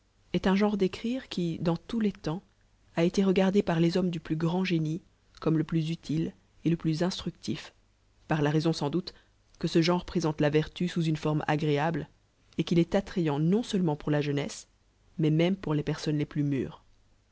est un genre d'écrire qui dans tous le temps a été regardé par les hommes du plus grand géuie comme le plus utilo et le plus instructif par la raison sans doule que ce geure présente la vertu sous une forme agréable et qu'il est attrayant nou seo ement pour la imnesre mais même pour les personnes les plus milles